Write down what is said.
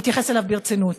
להתייחס אליו ברצינות.